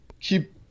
keep